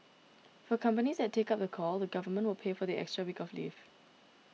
for companies that take up the call the Government will pay for the extra week of leave